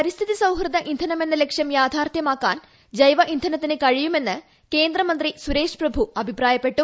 പരിസ്ഥിതി സൌഹൃദ ഇന്ധനമെന്ന ലക്ഷ്യം പ്രിയാഥാർത്ഥ്യമാക്കാൻ ജൈവ ഇന്ധനത്തിന് കഴിയുമെന്ന് കേന്ദ്രമന്ത്രി് സുരേഷ് പ്രഭു അഭിപ്രായപ്പെട്ടു